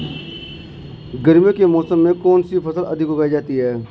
गर्मियों के मौसम में कौन सी फसल अधिक उगाई जाती है?